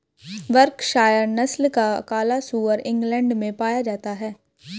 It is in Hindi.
वर्कशायर नस्ल का काला सुअर इंग्लैण्ड में पाया जाता है